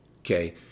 okay